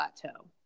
plateau